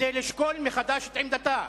כדי לשקול מחדש את עמדתה.